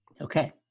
Okay